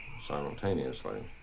simultaneously